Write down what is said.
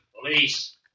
Police